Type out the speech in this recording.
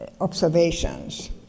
observations